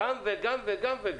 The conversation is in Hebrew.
גם וגם וגם וגם.